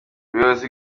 ubuyobozi